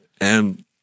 And-